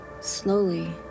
Slowly